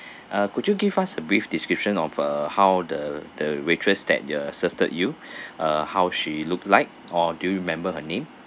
uh could you give us a brief description of uh how the the waitress that uh served you uh how she looked like or do you remember her name